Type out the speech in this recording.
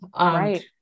Right